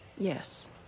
Yes